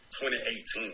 2018